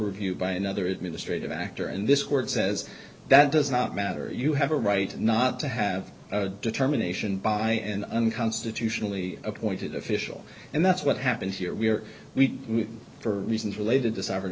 review by another administrative actor and this court says that does not matter you have a right not to have a determination by an unconstitutionally appointed official and that's what happened here we are we for reasons related to s